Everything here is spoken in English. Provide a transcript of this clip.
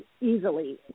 easily